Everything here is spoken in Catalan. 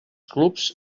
clubs